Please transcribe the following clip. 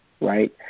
right